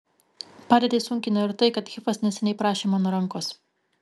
padėtį sunkino ir tai kad hifas neseniai prašė mano rankos